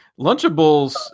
Lunchables